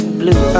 blue